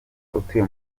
utuye